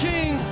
King